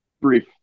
Brief